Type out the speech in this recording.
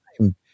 time